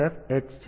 તેથી તે 1FFFH છે